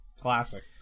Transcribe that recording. Classic